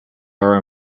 our